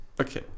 Okay